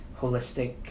holistic